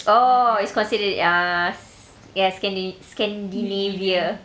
oh it's considered ah s~ ya scandi~ scandinavia